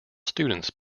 students